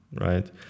right